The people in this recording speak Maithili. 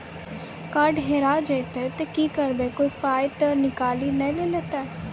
कार्ड हेरा जइतै तऽ की करवै, कोय पाय तऽ निकालि नै लेतै?